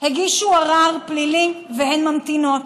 הגישו ערר פלילי והן ממתינות.